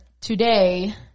today